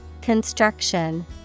Construction